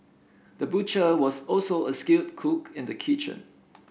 the butcher was also a skilled cook in the kitchen